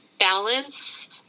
balance